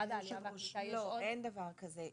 לא, אין דבר כזה.